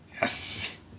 Yes